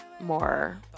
more